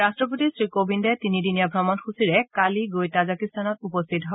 ৰাষ্টপতি শ্ৰীকোবিন্দে তিনিদিনীয়া ভ্ৰমণসূচীৰে কালি গৈ তাজিকিস্তানত উপস্থিত হয়